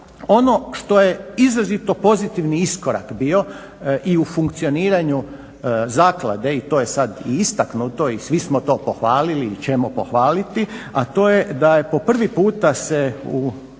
ono što je izrazito pozitivni iskorak bio i u funkcioniranju zaklade i to je sad i istaknuto i svi smo to pohvalili ili ćemo pohvaliti, a to je da po prvi puta se u